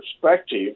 perspective